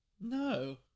No